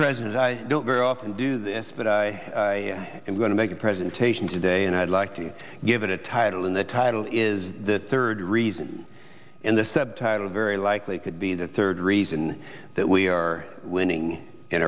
president i don't very often do this but i am going to make a presentation today and i'd like to give it a title in the title is the third reason in the subtitle very likely could be the third reason that we are winning in